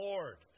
Lord